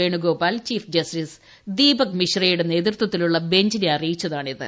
Venugopal chief justice ദീപക്മിശ്രയുടെ നേതൃത്വത്തിലുള്ള ബഞ്ചിനെ അറിയിച്ചതാണിത്